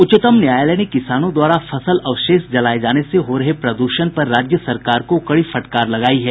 उच्चतम न्यायालय ने किसानों द्वारा फसल अवशेष जलाये जाने से हो रहे प्रद्षण पर राज्य सरकारों को कड़ी फटकार लगायी है